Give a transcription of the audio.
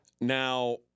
Now